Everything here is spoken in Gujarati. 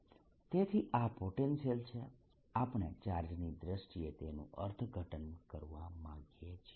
r rr r3dv તેથી આ પોટેન્શિયલ છે આપણે ચાર્જની દ્રષ્ટિએ તેનું અર્થઘટન કરવા માંગીએ છીએ